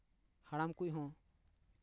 ᱦᱟᱲᱟᱢ ᱠᱚᱦᱚᱸ